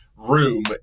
room